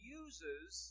uses